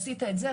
עשית את זה,